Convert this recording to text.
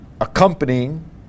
Accompanying